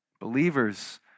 Believers